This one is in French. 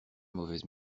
mauvaise